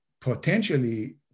potentially